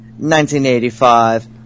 1985